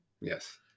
Yes